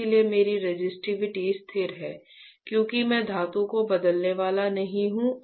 इसलिए मेरी रेसिस्टिविटी स्थिर है क्योंकि मैं धातु को बदलने वाला नहीं हूं